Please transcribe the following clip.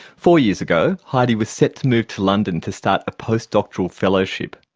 four years ago, heidi was set to move to london to start a postdoctoral fellowship.